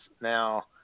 Now